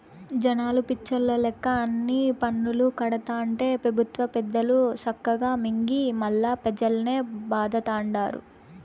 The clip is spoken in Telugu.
జనాలు పిచ్చోల్ల లెక్క అన్ని పన్నులూ కడతాంటే పెబుత్వ పెద్దలు సక్కగా మింగి మల్లా పెజల్నే బాధతండారు